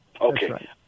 okay